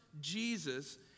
Jesus